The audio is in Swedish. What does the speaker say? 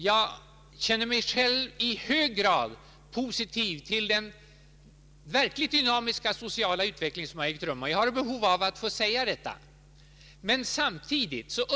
Jag känner mig själv i hög grad positiv till den verkligt dynamiska sociala utveckling som ägt rum, och jag har ett behov av att säga detta.